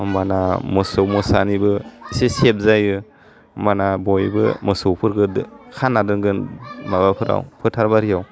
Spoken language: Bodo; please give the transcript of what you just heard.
होमबाना मोसौ मोसानिबो इसे सेब जायो होमबाना बयबो मोसौफोरखौ खाना दोनगोन माबाफोराव फोथार बारियाव